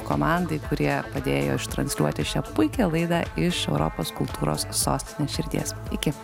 komandai kurie padėjo ištransliuoti šią puikią laidą iš europos kultūros sostinės širdies iki